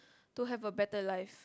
to have a better life